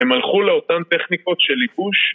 הם הלכו לאותן טכניקות של ליפוש